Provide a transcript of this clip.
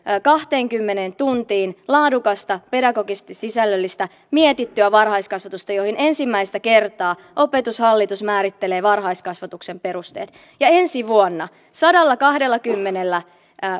kahteenkymmeneen tuntiin laadukasta pedagogisesti sisällöllistä mietittyä varhaiskasvatusta johon ensimmäistä kertaa opetushallitus määrittelee varhaiskasvatuksen perusteet ensi vuonna sadallakahdellakymmenellä